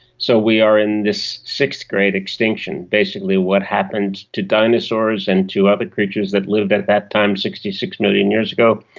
so we are in this sixth grade extinction. basically what happened to dinosaurs and to other creatures that lived at that time, sixty six million years ago,